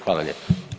Hvala lijepo.